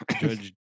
judge